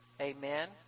amen